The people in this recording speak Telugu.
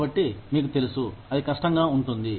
కాబట్టి మీకు తెలుసు అది కష్టంగా ఉంటుంది